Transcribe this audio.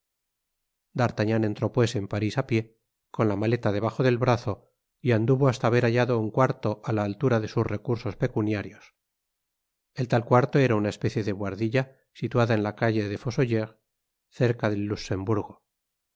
d'artagnan entró pues en parís á pié con la maleta debajo del brazo y anduvo hasta haber hallado un cuarto á la altura de sus recursos pecuniarios el tal cuarto era una especie de buhardilla situada en la calle de fossoyeurs cerca del luxemburgo en